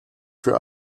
für